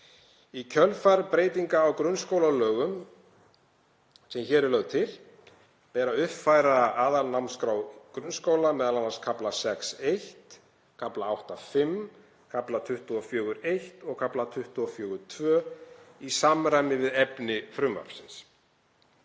Í kjölfar breytingar á grunnskólalögum, sem hér er lögð til, ber að uppfæra aðalnámskrá grunnskóla, m.a. kafla 6.1., kafla 8.5., kafla 24.1. og kafla 24.2., í samræmi við efni frumvarpsins.